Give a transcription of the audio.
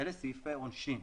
אלה סעיפי עונשין.